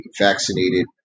vaccinated